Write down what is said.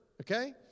okay